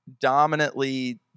dominantly